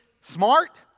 smart